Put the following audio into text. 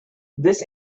this